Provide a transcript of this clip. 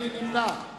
מי נמנע.